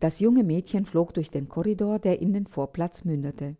das junge mädchen flog durch den korridor der in den vorplatz mündete